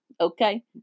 Okay